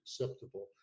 acceptable